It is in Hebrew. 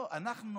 לא, אנחנו